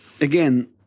again